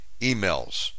emails